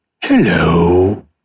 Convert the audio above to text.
hello